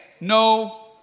no